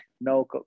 no